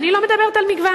אני לא מדברת על מגוון,